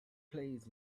plays